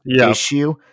issue